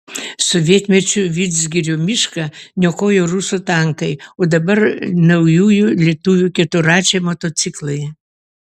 sovietmečiu vidzgirio mišką niokojo rusų tankai o dabar naujųjų lietuvių keturračiai motociklai